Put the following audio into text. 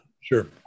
Sure